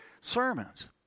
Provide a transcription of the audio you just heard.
sermons